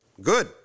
good